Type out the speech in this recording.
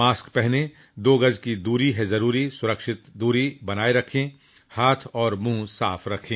mask पहनें दो गज़ दूरी है ज़रूरी सुरक्षित दूरी बनाए रखें हाथ और मुंह साफ़ रखें